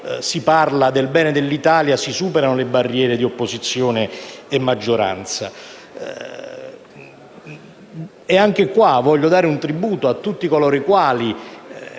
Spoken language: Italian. si parla del bene dell'Italia si superano le barriere di opposizione e maggioranza. Anche in questo caso voglio rendere un tributo a tutti coloro i quali,